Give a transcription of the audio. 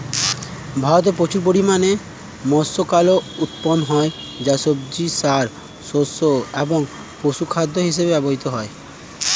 ভারতে প্রচুর পরিমাণে মাষকলাই উৎপন্ন হয় যা সবুজ সার, শস্য এবং পশুখাদ্য হিসেবে ব্যবহৃত হয়